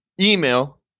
email